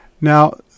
Now